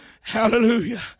Hallelujah